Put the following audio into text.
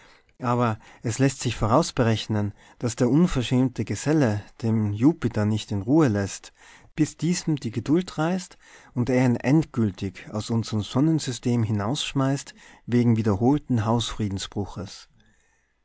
aber es läßt sich vorausberechnen daß der unverschämte geselle den jupiter nicht in ruhe läßt bis diesem die geduld reißt und er ihn endgültig aus unserm sonnensystem hinausschmeißt wegen wiederholten